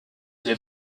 des